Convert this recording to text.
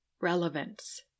relevance